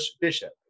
Bishop